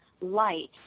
light